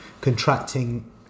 contracting